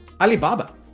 Alibaba